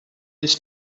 this